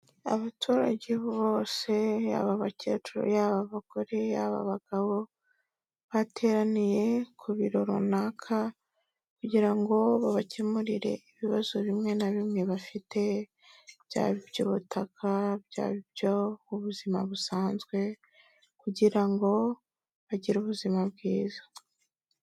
Abaturage bose baba abakecuru baba abagore baba abagabo bateraniye ku biro runaka kugira ngo babakemurire ibibazo bimwe na bimwe bafite byaba iby'ubutaka byaba ibyo mu ubuzima busanzwe kugira ngo bagire ubuzima bwiza.